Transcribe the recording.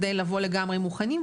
כדי לבוא לגמרי מוכנים,